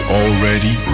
already